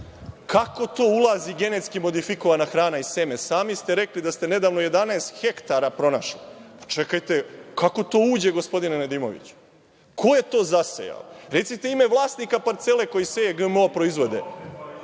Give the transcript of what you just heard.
Kako to ulazi genetski modifikovana hrana i seme? Sami ste rekli da ste nedavno 11 hektara pronašli. Čekajte, kako to uđe, gospodine Nedimoviću? Ko je to zasejao? Recite ime vlasnika parcele koji seje GMO proizvode.